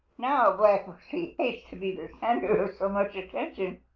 now black pussy hates to be the center of so much attention.